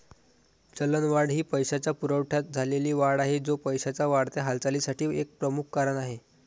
चलनवाढ ही पैशाच्या पुरवठ्यात झालेली वाढ आहे, जो पैशाच्या वाढत्या हालचालीसाठी एक प्रमुख कारण आहे